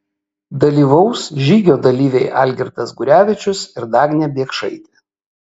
dalyvaus žygio dalyviai algirdas gurevičius ir dagnė biekšaitė